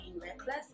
reckless